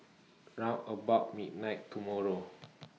round about midnight tomorrow